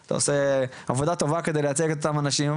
את העושה עבודה מספיק טובה על מנת לייצג את אותם אנשים.